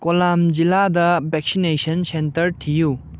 ꯀꯣꯂꯥꯝ ꯖꯤꯜꯂꯥꯗ vaccination centre ꯊꯤꯌꯨ